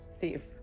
Thief